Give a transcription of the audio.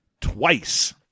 twice